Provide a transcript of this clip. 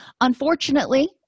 Unfortunately